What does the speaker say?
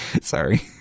Sorry